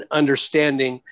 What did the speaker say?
understanding